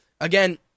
Again